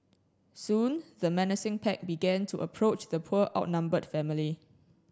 soon the menacing pack began to approach the poor outnumbered family